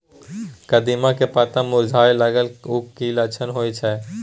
कदिम्मा के पत्ता मुरझाय लागल उ कि लक्षण होय छै?